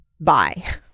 Bye